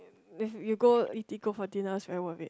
if you go Eatigo for dinner is very worth it